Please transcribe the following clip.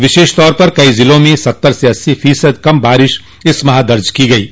विशेषतौर पर कई जिलों में सत्तर से अस्सी फीसदी कम बारिश इस माह दर्ज की गई थी